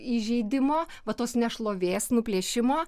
įžeidimo va tos nešlovės nuplėšimo